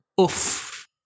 oof